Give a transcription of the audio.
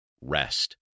rest